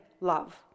love